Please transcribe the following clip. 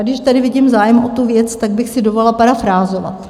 Když tady vidím zájem o tu věc, tak bych si dovolila parafrázovat.